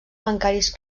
bancaris